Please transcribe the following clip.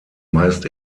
meist